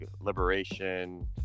liberation